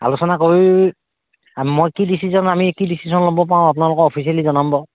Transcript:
আলোচনা কৰি মই কি ডিচিজন আমি কি ডিচিজন ল'ব পাওঁ আপোনালোকক অফিচিয়েলি জনামা বাৰু